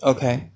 Okay